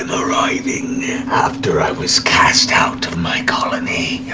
arriving after i was cast out of my colony.